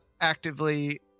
actively